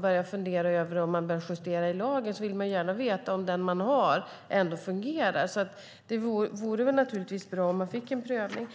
börjar fundera om man bör justera i lagen vill man gärna veta om den lag man har fungerar. Det vore därför bra om man fick en prövning.